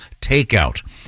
takeout